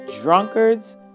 drunkards